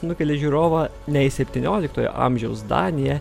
nukelia žiūrovą nei į septynioliktojo amžiaus daniją